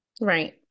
right